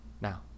now